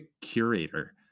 curator